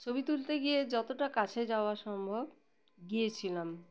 ছবি তুলতে গিয়ে যতটা কাছে যাওয়া সম্ভব গিয়েছিলাম